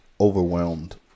overwhelmed